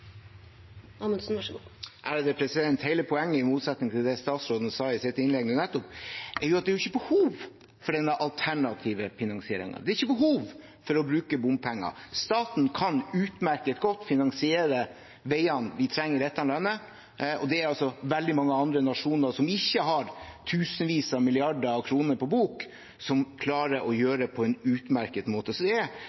I motsetning til det statsråden sa i sitt innlegg, er hele poenget nettopp at det ikke er behov for denne alternative finansieringen. Det er ikke behov for å bruke bompenger, staten kan utmerket godt finansiere veiene vi trenger i dette landet. Det er veldig mange andre nasjoner som ikke har tusenvis av milliarder kroner på bok, og som klarer å